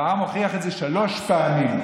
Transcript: והעם הוכיח את זה שלוש פעמים.